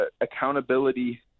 accountability